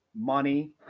Money